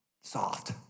soft